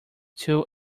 two